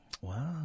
Wow